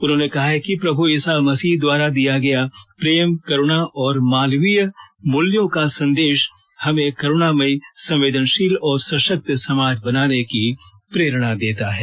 उन्होंने कहा है कि प्रभ् ईसा मसीह द्वारा दिया गया प्रेम करूणा और मानवीय मूल्यों का संदेश हमें करूणामयी संवेदनशील और सशक्त समाज बनाने की प्रेरणा देता है